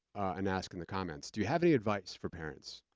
and ask in the comments, do you have any advice for parents,